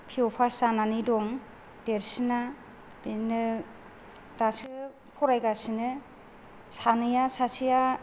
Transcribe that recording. P इउ फास देरसिना बेनो दासो फरायगासिनो सानैया सासेया